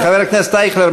חבר הכנסת אייכלר,